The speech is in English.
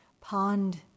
pond